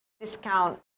discount